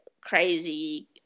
crazy